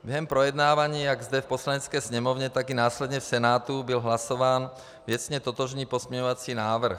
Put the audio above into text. Během projednávání jak zde v Poslanecké sněmovně, tak i následně v Senátu byl hlasován věcně totožný pozměňovací návrh.